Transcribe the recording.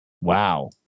Wow